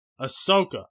Ahsoka